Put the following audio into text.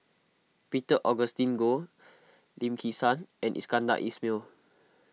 Peter Augustine Goh Lim Kim San and Iskandar Ismail